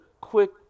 quick